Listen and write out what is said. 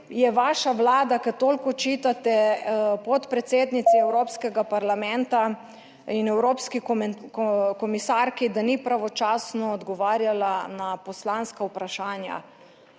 je vaša vlada, ki toliko očitate podpredsednici Evropskega parlamenta in evropski komisarki, da ni pravočasno odgovarjala na poslanska vprašanja.